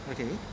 okay